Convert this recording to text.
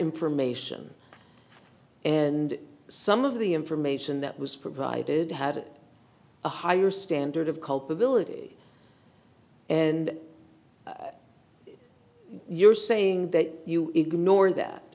information and some of the information that was provided had a higher standard of culpability and you're saying that you ignored that